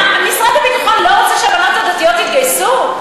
מה, משרד הביטחון לא רוצה שהבנות הדתיות יתגייסו?